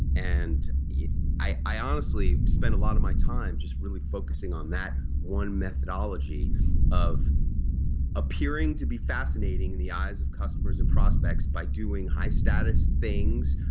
and i i honestly spent a lot of my time just really focusing on that one methodology of appearing to be fascinating in the eyes of customers and prospects by doing high status things,